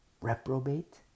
reprobate